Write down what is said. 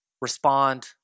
respond